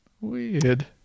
weird